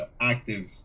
active